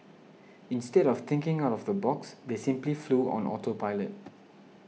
instead of thinking out of the box they simply flew on auto pilot